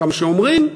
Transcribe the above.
כמה שאומרים,